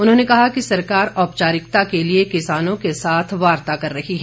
उन्होंने कहा कि सरकार औपचारिकता के लिए किसानों के साथ वार्ता कर रही है